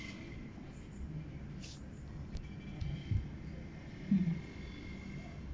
mm